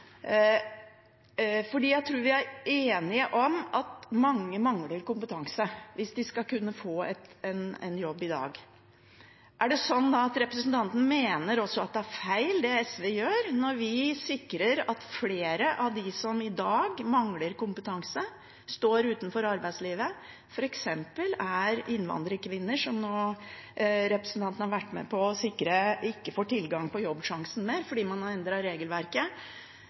Jeg tror vi er enige om at mange mangler kompetanse for å kunne få en jobb i dag. Da vil jeg spørre representanten: Mener representanten det er feil, det SV gjør når vi sikrer tiltak for flere av dem som i dag mangler kompetanse og står utenfor arbeidslivet, f.eks. innvandrerkvinner, som representanten nå har vært med på å sikre ikke får tilgang på Jobbsjansen mer, fordi man har endret regelverket?